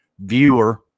viewer